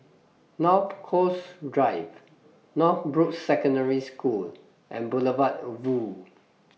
North Coast Drive Northbrooks Secondary School and Boulevard Vue